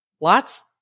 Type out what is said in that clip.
Lots